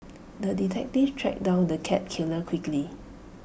the detective tracked down the cat killer quickly